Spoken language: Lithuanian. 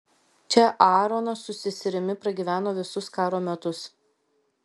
čia aaronas su seserimi pragyveno visus karo metus